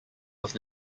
was